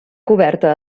coberta